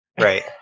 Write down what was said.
Right